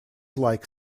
like